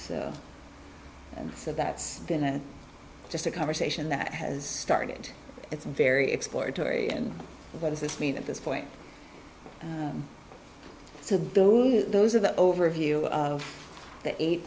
and so that's been a just a conversation that has started it's very exploratory and what does this mean at this point so those are the overview of the eight